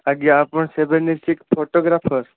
ଆଜ୍ଞା ଆପଣ seven six photographer